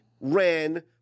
ran